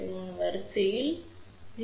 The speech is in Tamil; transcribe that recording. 063 வரிசையில் 0